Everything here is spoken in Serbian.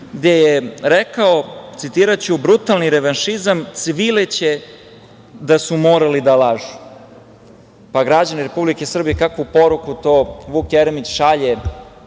gde je rekao, citiraću - brutalni revanšizam, cvileće da su morali da lažu. Građani Republike Srbije, kakvu poruku to Vuk Jeremić šalje